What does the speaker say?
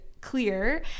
clear